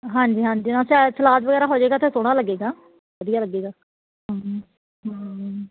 ਹਾਂਜੀ ਹਾਂਜੀ ਨਾਲ ਸੈ ਸਲਾਦ ਵਗੈਰਾ ਹੋ ਜਾਏਗਾ ਤਾ ਸੋਹਣਾ ਲੱਗੇਗਾ ਵਧੀਆ ਲੱਗੇਗਾ ਹੁੰ ਹੁੰ